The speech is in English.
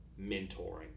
mentoring